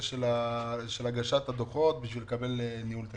של הגשת הדוחות כדי לקבל ניהול תקין.